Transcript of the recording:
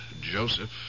Joseph